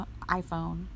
iPhone